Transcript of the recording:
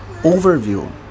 overview